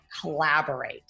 collaborate